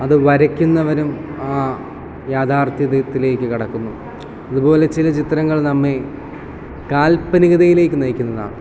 അത് വരക്കുന്നവനും ആ യാഥാർഥ്യത്തിലേയ്ക്ക് കടക്കുന്നു അതുപോലെ ചില ചിത്രങ്ങൾ നമ്മെ കാൽപനികതയിലേയ്ക്ക് നയിക്കുന്നതാണ്